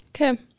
Okay